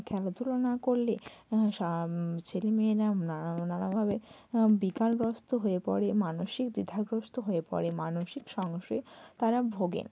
খেলাধুলো না করলে ছেলেমেয়েরা নানা নানাভাবে বিকারগ্রস্ত হয়ে পড়ে মানসিক দ্বিধাগ্রস্ত হয়ে পড়ে মানসিক সমস্যায় তারা ভোগে